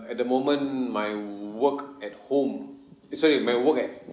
at the moment my work at home eh sorry my work at